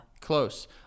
Close